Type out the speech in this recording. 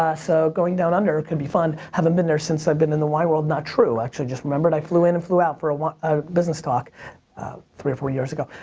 ah so going down under could be fun. haven't been there since i've been in the wine world. not true, actually just remembered i flew in and flew out for a ah business talk three or four years ago.